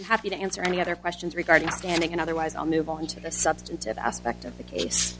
i'm happy to answer any other questions regarding standing and otherwise i'll move on to the substantive aspect of the case